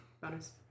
Bonus